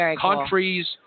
countries